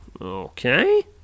Okay